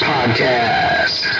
Podcast